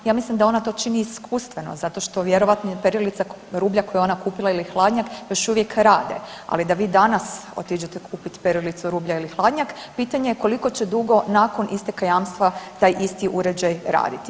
Ja mislim da ona to čini iskustveno zato što vjerojatno perilica rublja koju je ona kupila ili hladnjak još uvijek rade, ali da vi danas otiđete kupiti perilicu rublja ili hladnjak, pitanje je koliko će dugo nakon isteka jamstva taj isti uređaj raditi.